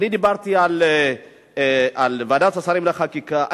אני דיברתי על ועדת השרים לחקיקה,